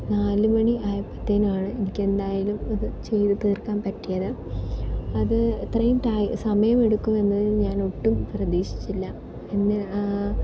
നാലുമണി ആയപ്പത്തേനാണ് എനിക്കെന്തായാലും ഇത് ചെയ്ത് തീർക്കാൻ പറ്റിയത് അത് ഇത്രയും സമയമെടുക്കുമെന്നത് ഞാൻ ഒട്ടും പ്രതീക്ഷിച്ചില്ല എന്നാൽ